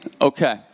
okay